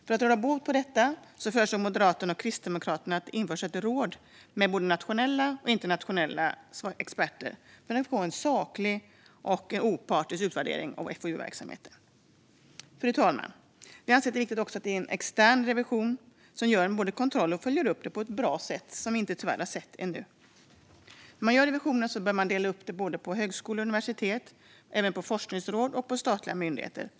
För att råda bot på detta föreslår Moderaterna och Kristdemokraterna att det införs ett råd med nationella och internationella experter för att få en saklig och opartisk utvärdering av FoU-verksamheten. Fru talman! Vi anser att det är viktigt att extern revision utför en god kontroll och uppföljning, men det har vi tyvärr inte sett än. Revisionen bör delas upp på högskola och universitet, forskningsråd och statliga myndigheter.